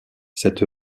cette